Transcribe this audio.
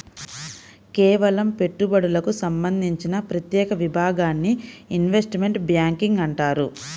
కేవలం పెట్టుబడులకు సంబంధించిన ప్రత్యేక విభాగాన్ని ఇన్వెస్ట్మెంట్ బ్యేంకింగ్ అంటారు